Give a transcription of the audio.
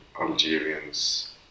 Algerians